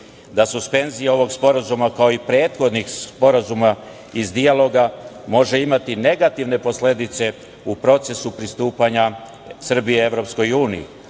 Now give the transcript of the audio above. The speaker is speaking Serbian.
da suspenzija ovog sporazuma, kao i prethodnih sporazuma iz dijaloga može imati negativne posledice u procesu pristupanja Srbije Evropskoj uniji,